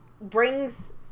brings